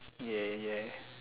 ya ya